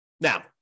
Now